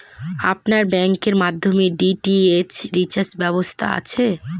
আপনার ব্যাংকের মাধ্যমে ডি.টি.এইচ রিচার্জের ব্যবস্থা আছে?